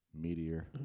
Meteor